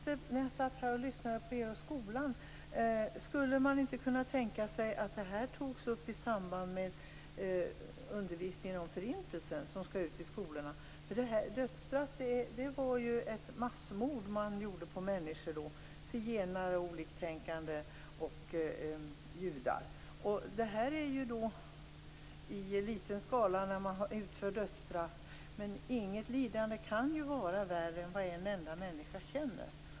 Fru talman! När jag satt här och lyssnade på det som sades om skolan tänkte jag: Skulle man inte kunna tänka sig att detta togs upp i samband med undervisningen om Förintelsen som skall ske i skolorna? Förintelsen var ju ett massmord som skedde på människor - zigenare, oliktänkande och judar. Dödsstraff innebär ju mord i liten skala. Men inget lidande kan ju vara värre än vad en enda människa känner.